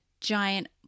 giant